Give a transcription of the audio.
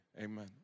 Amen